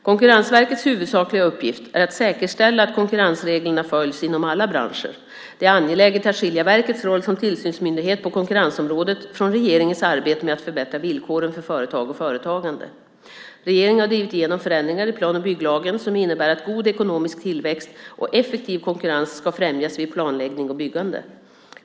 Konkurrensverkets huvudsakliga uppgift är att säkerställa att konkurrensreglerna följs inom alla branscher. Det är angeläget att skilja verkets roll som tillsynsmyndighet på konkurrensområdet från regeringens arbete med att förbättra villkoren för företag och företagande. Regeringen har drivit igenom förändringar i plan och bygglagen som innebär att god ekonomisk tillväxt och effektiv konkurrens ska främjas vid planläggning och byggande.